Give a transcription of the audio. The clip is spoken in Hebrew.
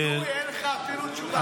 ואטורי, אין לך אפילו תשובה.